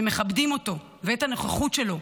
שמכבדים אותו ואת הנוכחות שלו,